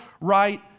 right